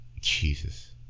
Jesus